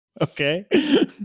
Okay